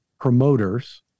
promoters